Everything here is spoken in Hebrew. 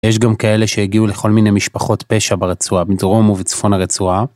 יש גם כאלה שהגיעו לכל מיני משפחות פשע ברצועה, בדרום ובצפון הרצועה.